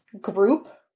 group